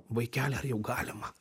vaikeli ar jau galima